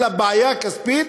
אלא בעיה כספית,